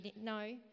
no